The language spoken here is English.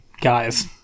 guys